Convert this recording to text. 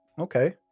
okay